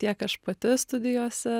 tiek aš pati studijose